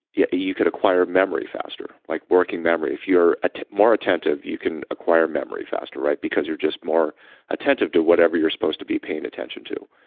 yeah you could acquire memory faster, like working memory. if you're ah more attentive, you can acquire memory faster, right? because you're just more attentive to whatever you're supposed to be paying attention to.